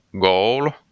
goal